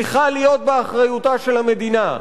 צריכה להיות באחריותה של המדינה.